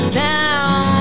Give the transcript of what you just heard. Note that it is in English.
town